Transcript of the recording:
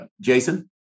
Jason